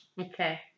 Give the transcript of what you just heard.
Okay